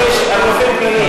הוא אמר שמונה מדינות.